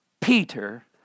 Peter